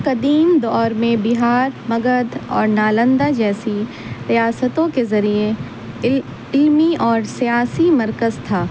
قدیم دور میں بہار مگدھ اور نالندہ جیسی ریاستوں کے ذریعے علمی اور سیاسی مرکز تھا